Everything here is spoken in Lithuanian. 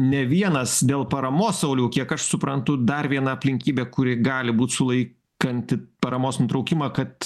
ne vienas dėl paramos sauliau kiek aš suprantu dar viena aplinkybė kuri gali būt sulaikanti paramos nutraukimą kad